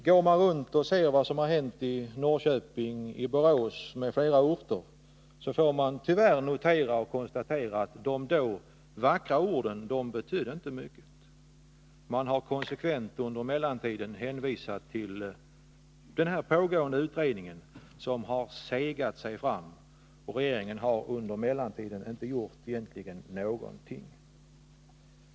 Går man runt och ser vad som har hänt i Norrköping, Borås m.fl. orter får man tyvärr konstatera att de vackra orden då inte betydde mycket. Regeringen har under mellantiden konsekvent hänvisat till den pågående utredningen, som har segat sig fram. Regeringen har egentligen inte gjort någonting.